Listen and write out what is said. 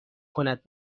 کند